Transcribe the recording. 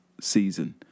season